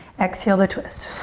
exhale to twist.